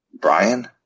brian